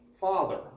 father